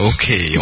Okay